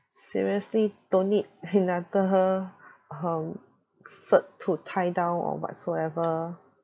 seriously don't need a letter or cert to tie down or whatsoever